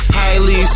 highly